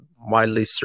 widely